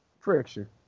friction